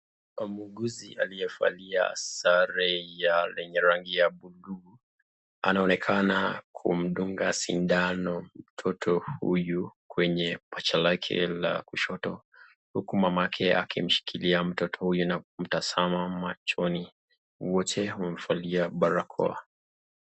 Muuguzi aliyevalia sare lenye rangi ya buluu, anaonekana kumdunga sindano mtoto huyu kwenye pacha lake la kushoto huku mamake akimshikilia mtoto huyu na kumtazama machoni, wote wamevalia barakoa.